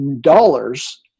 dollars